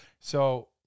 So-